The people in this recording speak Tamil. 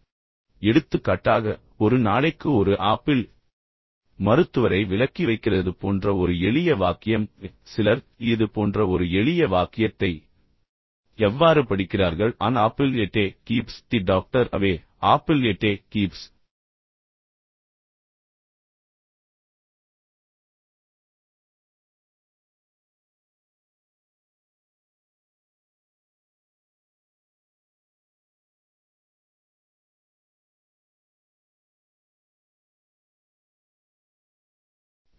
இப்போது எடுத்துக்காட்டாக ஒரு நாளைக்கு ஒரு ஆப்பிள் மருத்துவரை விலக்கி வைக்கிறது போன்ற ஒரு எளிய வாக்கியம் சிலர் இது போன்ற ஒரு எளிய வாக்கியத்தை எவ்வாறு படிக்கிறார்கள் an apple a day keeps the doctor away apple a day keeps